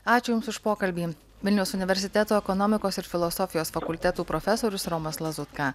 ačiū jums už pokalbį vilniaus universiteto ekonomikos ir filosofijos fakultetų profesorius romas lazutka